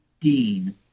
Dean